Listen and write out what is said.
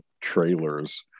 trailers